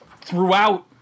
throughout